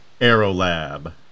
Aerolab